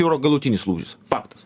jau yra galutinis lūžis faktas